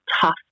tough